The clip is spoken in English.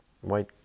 white